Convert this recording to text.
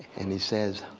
and he says,